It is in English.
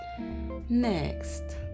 Next